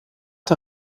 der